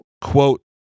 Quote